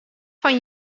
fan